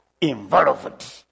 Involved